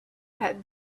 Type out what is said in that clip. had